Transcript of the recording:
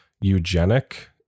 eugenic